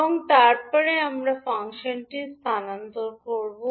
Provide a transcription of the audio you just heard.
এবং তারপরে আমরা ফাংশনটি স্থানান্তর করব